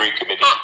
committee